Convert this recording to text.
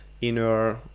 inner